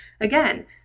Again